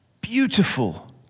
beautiful